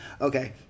Okay